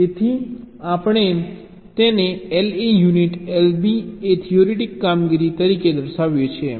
તેથી આપણે તેને LA યુનિયન LB એ થિયોરેટિક કામગીરી તરીકે દર્શાવીએ છીએ